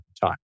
time